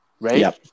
Right